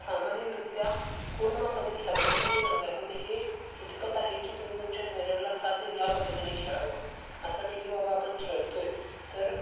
सामाजिकरित्या पूर्णपणे सगळ्यांसाठी चांगलं आहे फक्त हे इतपत आहे की तुम्ही तुमच्या शरीराला साथ देईल ह्या पद्धतीने खेळावं असं नाही की बाबा आपण खेळतो आहे तर